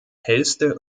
hellste